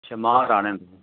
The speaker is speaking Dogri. अच्छा मांह् राह्ने न